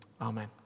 Amen